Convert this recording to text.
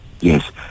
yes